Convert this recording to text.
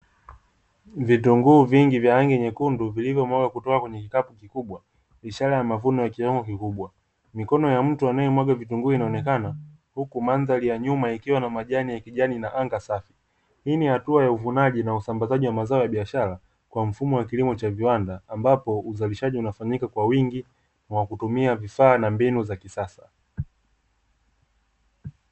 Vitunguu vingi vya rangi nyekundu vilivyomwagwa kutoka kwenye kikapu kikubwa ishara ya mavuno ya kilimo kikubwa, mikono ya mtu anayemwaga vitunguu inaonekana huku mandhari ya nyuma ikiwa na majani ya kijani na anga safi. Hii ni hatua ya uvunaji na usambazaji wa mazao ya biashara kwa mfumo wa kilimo cha viwanda ambapo uzalishaji unafanyika kwa wingi kwa kutumia vifaa na mbinu za kisasa.